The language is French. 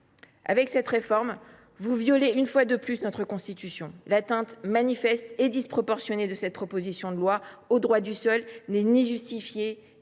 Avec cette réforme, vous violez une fois de plus notre Constitution. L’atteinte manifeste et disproportionnée de cette proposition de loi au droit du sol n’est ni justifiée